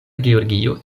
georgio